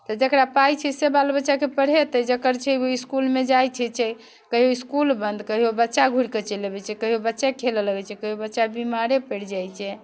तऽ जकरा पाइ छै से बाल बच्चाकेँ पढ़ेतै जकर छै ओहि इसकुलमे जाइत छै चलि कहियो इसकुल बन्द कहियो बच्चा घुरि कऽ चलि अबैत छै कहियो बच्चे खेलय लगैत छै कहियो बच्चा बिमारे पड़ि जाइत छै